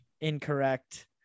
Incorrect